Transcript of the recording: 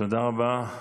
תודה רבה.